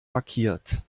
markiert